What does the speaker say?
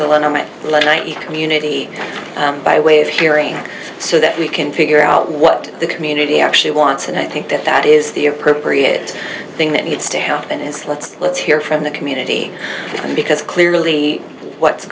ninety community by way of hearing so that we can figure out what the community actually wants and i think that that is the appropriate thing that needs to happen is let's let's hear from the community because clearly what's